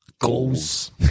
Goals